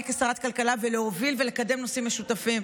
כשרת כלכלה ולהוביל ולקדם נושאים משותפים.